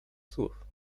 słów